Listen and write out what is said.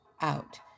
out